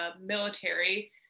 military